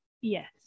Yes